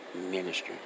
ministry